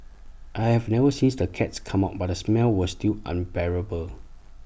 I have never sees the cats come out but the smell was still unbearable